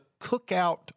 Cookout